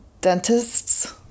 dentists